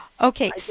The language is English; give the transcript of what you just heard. okay